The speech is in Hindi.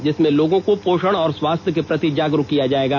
जिसमें लोगों को पोषण और स्वास्थ्य के प्रति जागरूक किया जाएगा